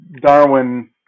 Darwin